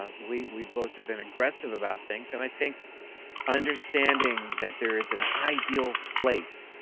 um we we both have been aggressive about things. and i think understanding that there is an ideal place.